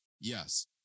yes